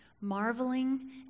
Marveling